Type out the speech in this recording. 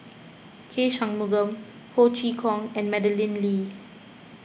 K Shanmugam Ho Chee Kong and Madeleine Lee